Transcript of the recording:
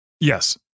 Yes